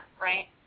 right